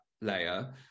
layer